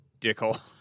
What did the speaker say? Dickhole